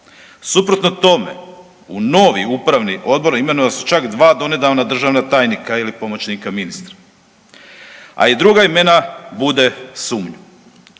Suprotno tome, u novi upravni odbor imenovala su se čak dva donedavna državna tajnika ili pomoćnika ministra, a i druga imena bude sumnju,